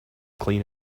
clean